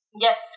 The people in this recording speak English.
Yes